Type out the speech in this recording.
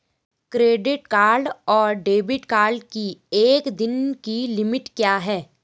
Credit card और debit card की एक दिन की लिमिट क्या है?